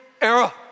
era